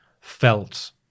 felt